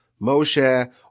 Moshe